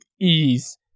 ease